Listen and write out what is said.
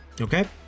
Okay